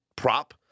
Prop